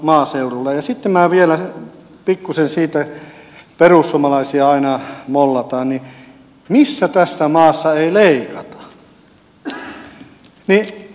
sitten minä vielä pikkusen siitä perussuomalaisia aina mollataan että mistä tässä maassa ei leikata niin kehitysyhteistyöstä